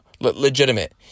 Legitimate